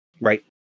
Right